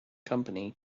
company